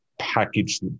package